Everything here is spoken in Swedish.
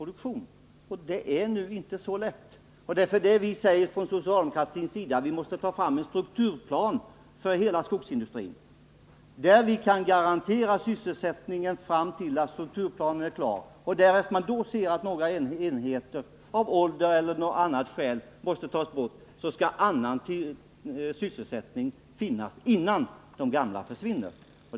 Men det är nu inte så lätt. Det är därför vi från socialdemokratiskt håll säger att vi måste ta fram en strukturplan för hela skogsindustrin. Vi måste kunna garantera sysselsättningen fram till att strukturplanen är klar, och därest man då konstaterar att några enheter på grund av ålder eller av annat skäl måste läggas ner, så skall annan sysselsättning finnas innan den gamla försvinner.